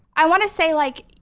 i want to say, like